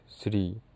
three